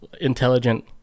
intelligent